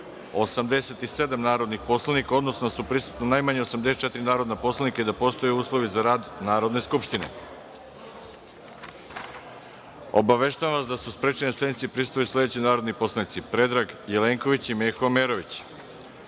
87 narodnih poslanika, odnosno da su prisutno najmanje 84 narodna poslanika i da postoje uslovi za rad Narodne skupštine. Obaveštavam vas da su sprečeni da sednici prisustvuju sledeći narodni poslanici: Predrag Jelenković i Meho